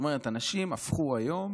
אנשים הפכו היום